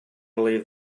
believe